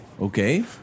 okay